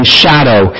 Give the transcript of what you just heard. shadow